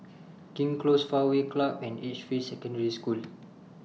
King's Close Fairway Club and Edgefield Secondary School